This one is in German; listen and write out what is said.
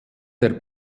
der